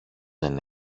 δεν